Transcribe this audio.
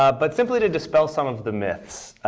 ah but simply to dispel some of the myths.